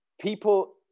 people